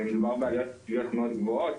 מדובר בעלויות מאוד גבוהות.